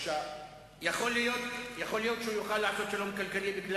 יכול להיות שהוא יוכל לעשות שלום כלכלי מפני